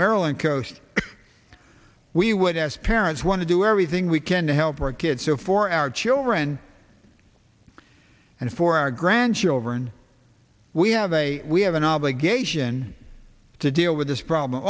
maryland coast we would as parents want to do everything we can to help our kids so for our children and for our grandchildren we have a we have an obligation to deal with this problem